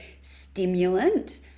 stimulant